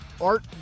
art